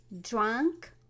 drunk